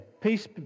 Peace